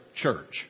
church